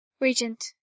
Regent